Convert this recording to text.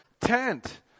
tent